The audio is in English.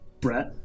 Brett